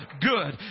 good